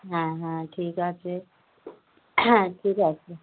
হ্যাঁ হ্যাঁ ঠিক আছে ঠিক আছে